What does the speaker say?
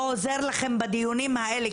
לא עוזר לכם בדיונים האלה,